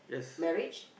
marriage